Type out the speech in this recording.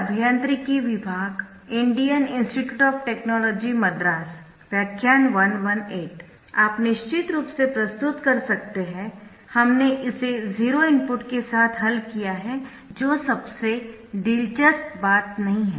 अब आप निश्चित रूप से प्रस्तुत कर सकते है हमने इसे जीरो इनपुट के साथ हल किया है जो सबसे दिलचस्प बात नहीं है